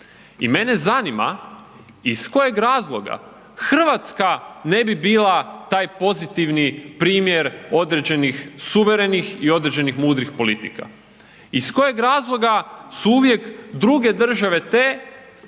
I mene zanima iz kojeg razloga Hrvatska ne bi bila taj pozitivni primjer određenih suverenih i određenih mudrih politika? Iz kojeg razloga su uvijek druge države te